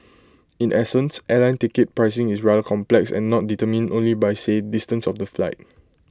in essence airline ticket pricing is rather complex and not determined only by say distance of the flight